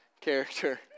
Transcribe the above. character